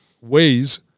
ways